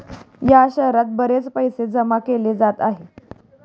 या शहरात बरेच पैसे जमा केले जात आहे